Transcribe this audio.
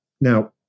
Now